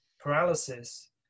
paralysis